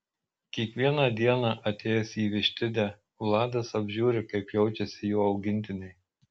kiekvieną dieną atėjęs į vištidę vladas apžiūri kaip jaučiasi jo augintiniai